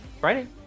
Friday